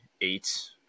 eight